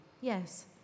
Yes